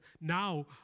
Now